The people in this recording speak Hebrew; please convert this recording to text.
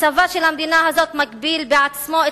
הצבא של המדינה הזאת מגביל בעצמו את